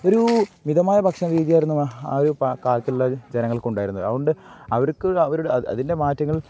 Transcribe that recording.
ഒരു മിതമായ ഭക്ഷണം രീതിയായിരുന്നു ആ ആ ഒരു കാലത്തുള്ളൊരു ജനങ്ങൾക്കുണ്ടായിരുന്നു അത് കൊണ്ട് അവർക്ക് അവരുടെ അതിൻ്റെ മാറ്റങ്ങൾ